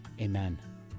Amen